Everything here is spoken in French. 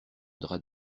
drap